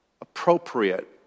appropriate